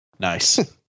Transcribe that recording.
Nice